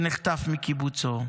שנחטף מקיבוצו,